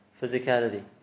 physicality